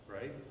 Right